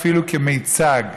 אפילו כמיצג,